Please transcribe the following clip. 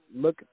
look